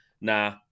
nah